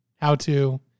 How-To